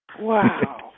Wow